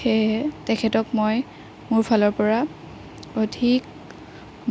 সেয়েহে তেখেতক মই মোৰ ফালৰ পৰা অধিক